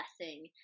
blessing